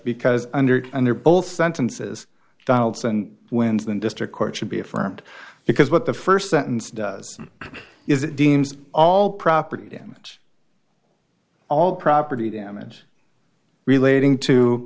under and they're both sentences donaldson wins the district court should be affirmed because what the first sentence does is it deems all property damage all property damage relating to